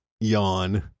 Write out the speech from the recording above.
yawn